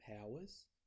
powers